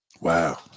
Wow